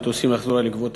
המטוסים יחזרו על עקבותיהם.